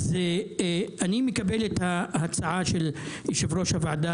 אז אני מקבל את ההצעה של יושב ראש הוועדה,